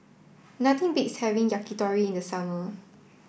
nothing beats having Yakitori in the summer